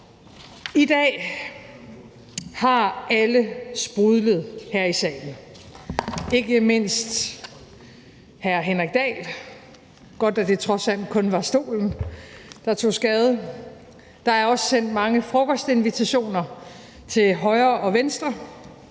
I dag har alle sprudlet her i salen, ikke mindst hr. Henrik Dahl – godt, at det trods alt kun var stolen, der tog skade. Der er også sendt mange frokostinvitationer til højre og venstre,